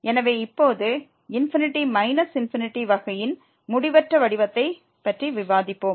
எனவே இப்போது ∞−∞ வகையின் முடிவற்ற வடிவத்தைப் பற்றி விவாதிப்போம்